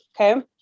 Okay